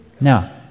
Now